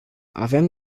avem